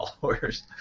followers